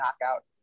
knockout